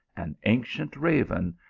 an ancient raven,